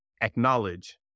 acknowledge